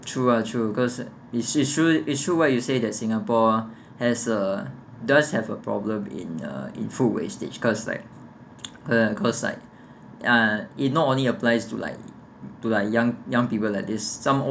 true lah true cause it is true it's true [what] you said that singapore has a does have a problem in in food wastage cause like uh cause like uh it not only applies to like to like young young people like this some old